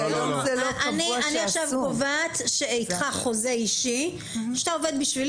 אני עכשיו קובעת איתך חוזה אישי שאתה עובד בשבילי